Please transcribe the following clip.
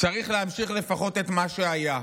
צריך להמשיך לפחות את מה שהיה,